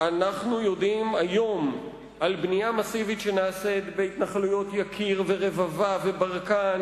אנחנו יודעים היום על בנייה מסיבית שנעשית בהתנחלויות יקיר ורבבה וברקן